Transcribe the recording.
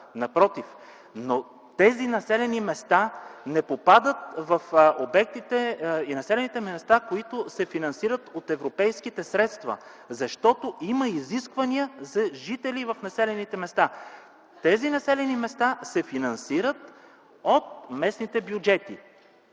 Но тези населени места не попадат в обектите и населените места, които се финансират от европейските средства, защото има изисквания за жители в населените места. Тези населени места се финансират от местните бюджети.